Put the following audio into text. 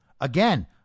Again